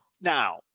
now